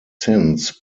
since